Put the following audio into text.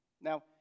Now